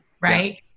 right